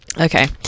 okay